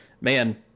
man